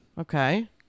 okay